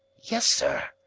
yes, sir.